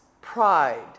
pride